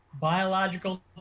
biological